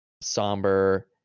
somber